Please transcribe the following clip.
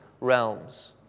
realms